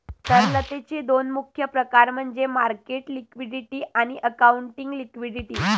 तरलतेचे दोन मुख्य प्रकार म्हणजे मार्केट लिक्विडिटी आणि अकाउंटिंग लिक्विडिटी